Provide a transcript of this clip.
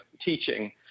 teaching